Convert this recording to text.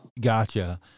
Gotcha